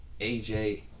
AJ